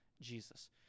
jesus